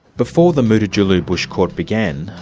before the mutitjulu bush court began,